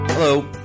Hello